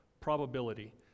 probability